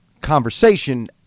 conversation